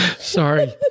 Sorry